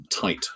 Tight